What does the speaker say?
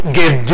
give